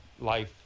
life